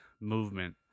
movement